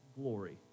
glory